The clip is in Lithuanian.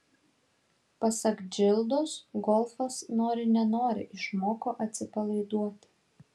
pasak džildos golfas nori nenori išmoko atsipalaiduoti